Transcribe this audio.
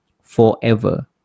forever